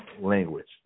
language